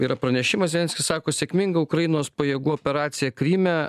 yra pranešimas zelenskis sako sėkminga ukrainos pajėgų operaciją kryme